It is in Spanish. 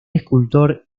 escultor